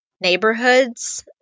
neighborhoods